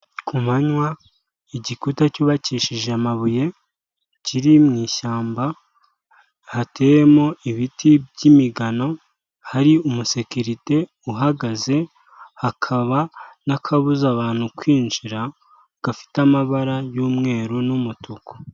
Ku manywa igikuta cyubakishije amabuye kiri mu ishyamba hateyemo ibiti by'imigano hari umusekerite uhagaze hakaba n'akabuza abantu kwinjira gafite amabara y'umweru n'umutuku.